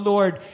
Lord